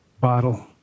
bottle